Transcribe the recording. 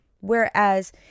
Whereas